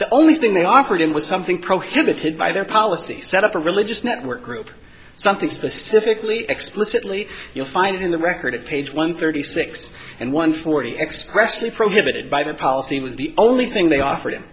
the only thing they offered him was something prohibited by their policies set up a religious network group something specifically explicitly you'll find in the record at page one thirty six and one forty expressly prohibited by the policy was the only thing they offered him